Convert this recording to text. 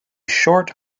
short